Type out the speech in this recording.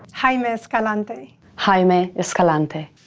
jaime escalante. jaime escalante.